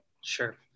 Sure